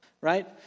Right